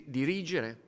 dirigere